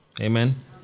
Amen